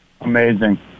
amazing